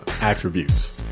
attributes